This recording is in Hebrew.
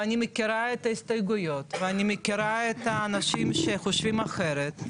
ואני מכירה את ההסתייגויות ואני מכירה את האנשים שחושבים אחרת,